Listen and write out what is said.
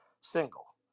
Single